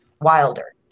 Wilder